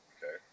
Okay